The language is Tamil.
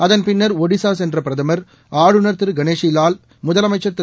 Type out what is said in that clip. அதன் பின்னா் ஒடிசா சென்ற பிரதமா் ஆளுநா் திருகணேஷி லால் முதலமைச்சா்திரு